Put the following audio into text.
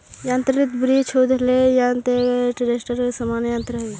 यान्त्रिक वृक्ष उद्वेलक यन्त्र एक ट्रेक्टर के समान यन्त्र हई